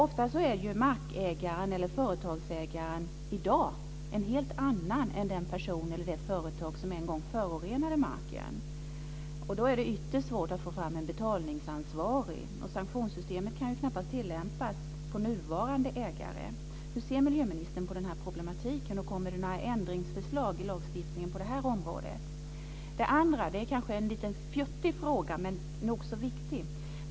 Ofta är markägaren eller företagsägaren i dag en helt annan än den person eller det företag som en gång förorenade marken. Då är det ytterst svårt att få fram en betalningsansvarig. Sanktionssystemet kan knappast tillämpas på nuvarande ägare. Hur ser miljöministern på den här problematiken? Kommer det några förslag till ändringar i lagstiftningen på det här området? Det andra kanske är en fjuttig fråga, men den är nog så viktig.